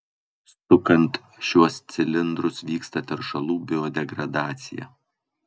sukant šiuos cilindrus vyksta teršalų biodegradacija